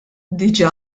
diġà